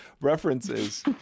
references